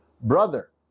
brother